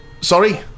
Sorry